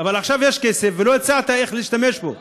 אבל עכשיו יש כסף ולא הצעת איך להשתמש בו.